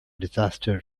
disaster